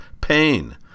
pain